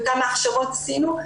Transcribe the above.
וכמה הכשרות עשינו.